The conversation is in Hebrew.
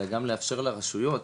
אלא גם לאפשר לרשויות